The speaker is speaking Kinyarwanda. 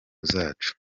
zacu